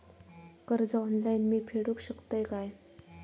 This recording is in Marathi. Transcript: कर्ज ऑनलाइन मी फेडूक शकतय काय?